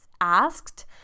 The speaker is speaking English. asked